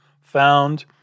found